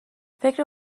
فکر